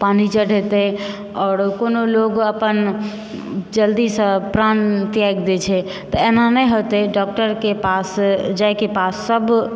पानी चढ़ेतै आओर कोनो लोग अपन जल्दी सॅं प्राण त्याग दै छै तऽ एना नहि होते डॉक्टरके पास जायके पास सब